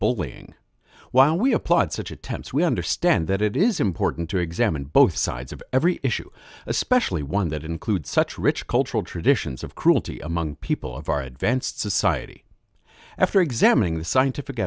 bullying while we applaud such attempts we understand that it is important to examine both sides of every issue especially one that includes such rich cultural traditions of cruelty among people of our advanced society after examining the scientific